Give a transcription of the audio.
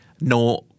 no